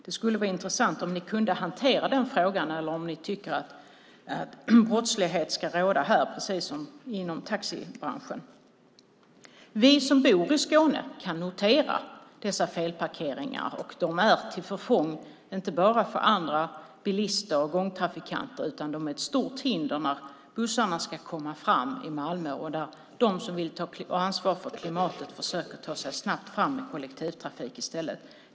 Det skulle vara intressant om ni kunde hantera den frågan eller att få veta om ni tycker att brottslighet ska råda här precis som inom taxibranschen. Vi som bor i Skåne kan notera dessa felparkeringar. De är inte bara till förfång för andra bilister och gångtrafikanter utan också ett stort hinder när bussarna ska komma fram i Malmö och när de som vill ta ansvar för klimatet i stället försöker ta sig snabbt fram i kollektivtrafik.